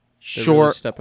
short